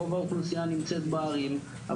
רוב האוכלוסייה נמצאת בערים,